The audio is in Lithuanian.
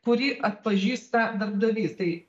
kurį atpažįsta darbdavys tai